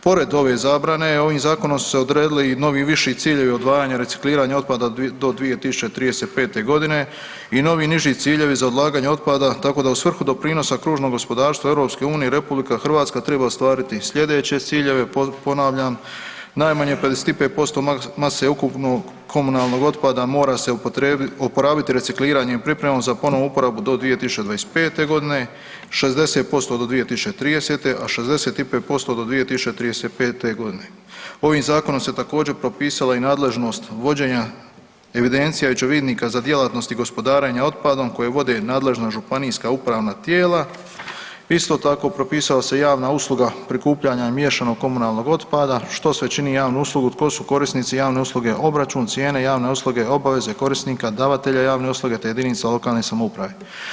Pored ove zabrane ovim zakonom su se odredili i novi viši ciljevi odvajanja recikliranja otpada do 2035.g. i novi niži ciljevi za odlaganje otpada tako da u svrhu doprinosa kružnog gospodarstva EU RH treba ostvariti sljedeće ciljeve, ponavljam, najmanje 55% mase ukupnog komunalnog otpada mora se oporabiti recikliranjem i pripremom za ponovnu uporabu do 2025.g., 60% do 2030., a 65% do 2035.g. Ovim zakonom se također propisala i nadležnost vođenja evidencija i očevidnika za djelatnosti gospodarenja otpadom koje vode nadležna županijska upravna tijela, isto tako propisala se javna usluga prikupljanja miješanog komunalnog otpada, što sve čini javnu uslugu, tko su korisnici javne usluge, obračun, cijena javne usluge, obaveze korisnika davatelja javne usluge te jedinica lokalne samouprave.